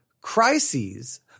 crises